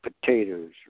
Potatoes